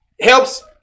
helps